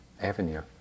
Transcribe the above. avenue